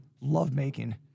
lovemaking